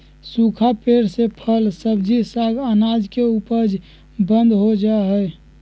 सूखा पेड़ से फल, सब्जी, साग, अनाज के उपज बंद हो जा हई